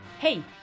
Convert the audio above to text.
Hey